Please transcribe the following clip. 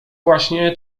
właśnie